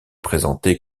présenté